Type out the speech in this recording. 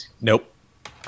Nope